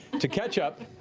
to catch up